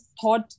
thought